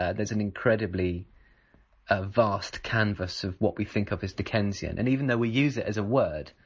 ah there's an incredibly ah vast canvas of what we think of as dickensian. and even though we use it as a word,